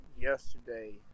yesterday